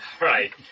Right